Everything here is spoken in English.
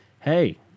hey